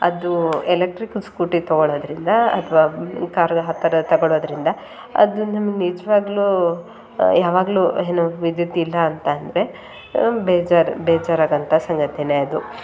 ಅದು electrical scooty ತಗೊಳ್ಳೋದ್ರಿಂದ ಅಥವಾ ಕಾರು ಆ ಥರ ತಗೊಳ್ಳೋದ್ರಿಂದ ಅದು ನಿಮ್ಗೆ ನಿಜವಾಗ್ಲೂ ಯಾವಾಗಲೂ ಏನು ವಿದ್ಯುತ್ ಇಲ್ಲಾಂತ ಅಂದರೆ ಬೇಜಾರು ಬೇಜಾರು ಆಗೋಂಥ ಸಂಗತಿಯೇ ಅದು